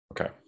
Okay